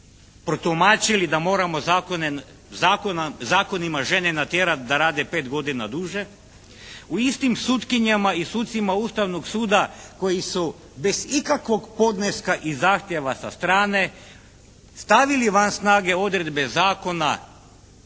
protumačili da moramo zakonima žene natjerati da rade 5 godina duže, u istim sutkinjama i sucima Ustavnog suda koji su bez ikakvog podneska i zahtjeva sa strane stavili van snage odredbe Zakona